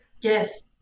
Yes